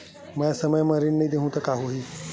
मैं समय म ऋण नहीं देहु त का होही